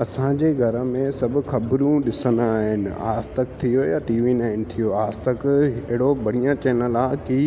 असांजे घर में सभु ख़बरूं ॾिसंदा आहिनि आजतक थियो या टीवी एंड थियो आजतक हिकिड़ो बढ़िया चैनल आहे कि